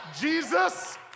Jesus